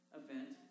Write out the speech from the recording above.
event